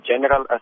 general